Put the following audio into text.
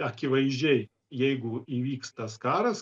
akivaizdžiai jeigu įvyks tas karas